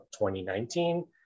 2019